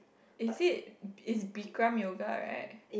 is it is Bikram yoga right